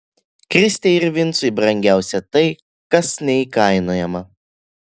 kristei ir vincui brangiausia tai kas neįkainojama